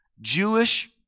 Jewish